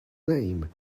name